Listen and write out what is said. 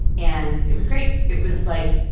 and it was great. it was, like,